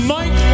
Mike